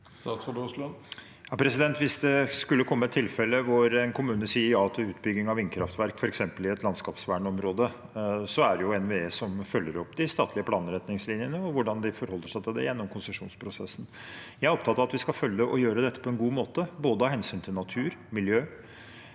Hvis det skulle komme et tilfelle hvor en kommune f.eks. sier ja til utbygging av vindkraftverk i et landskapsvernområde, er det NVE som følger opp de statlige planretningslinjene og hvordan de forholder seg til det gjennom konsesjonsprosessen. Jeg er opptatt av at vi skal følge opp og gjøre dette på en god måte av hensyn til både natur og miljø